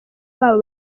babo